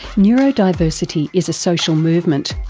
neurodiversity is a social movement.